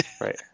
Right